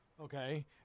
Okay